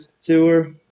tour